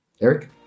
Eric